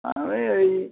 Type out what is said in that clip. আমি এই